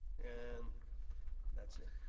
and that's it.